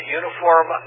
uniform